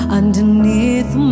underneath